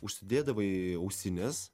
užsidėdavai ausines